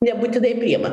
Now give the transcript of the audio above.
nebūtinai priima